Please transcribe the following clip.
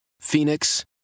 phoenix